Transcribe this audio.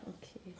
okay